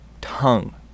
tongue